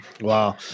Wow